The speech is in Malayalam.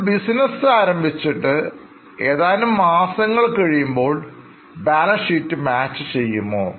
നിങ്ങൾ ബിസിനസ് ആരംഭിച്ചിട്ട് ഏതാനും മാസങ്ങൾ കഴിയുമ്പോൾ ബാലൻസ് ഷീറ്റ്മാച്ച് ചെയ്യുമോ